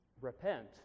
Repent